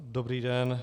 Dobrý den.